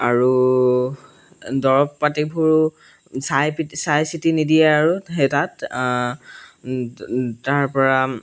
আৰু দৰৱ পাতিবোৰো চাই পিটি চাই চিতি নিদিয়ে আৰু সেই তাত তাৰ পৰা